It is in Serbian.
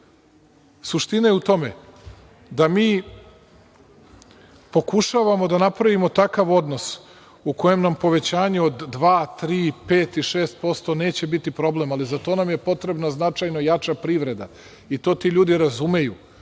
razumeju. Suština je u tome da mi pokušavamo da napravimo takav odnos u kojem nam povećanje od dva, tri, pet i šest posto neće biti problem, ali za to nam je potrebna značajno jača privreda i to ti ljudi razumeju.